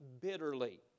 bitterly